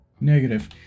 Negative